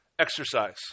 exercise